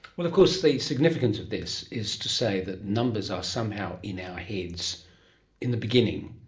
but of course the significance of this is to say that numbers are somehow in our heads in the beginning,